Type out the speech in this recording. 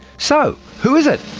so who is it?